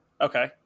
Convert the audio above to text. Okay